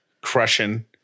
crushing